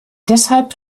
deshalb